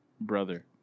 brother